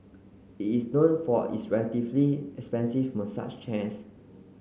is known for its relatively expensive massage chairs